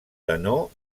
tenor